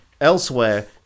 Elsewhere